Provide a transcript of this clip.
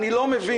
אבל אני לא מבין,